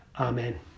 Amen